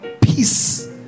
peace